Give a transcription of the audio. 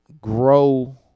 grow